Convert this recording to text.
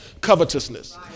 covetousness